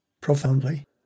profoundly